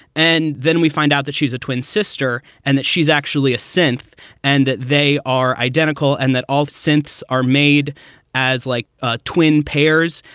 and then we find out that she's a twin sister and that she's actually a cynth and that they are identical and that all synths are made as like ah twin pairs.